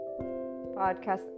podcast